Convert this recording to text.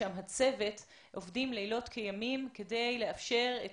הצוות שם עובד לילות כימים כדי לאפשר את